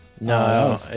No